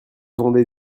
vendez